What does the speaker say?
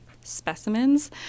specimens